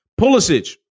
Pulisic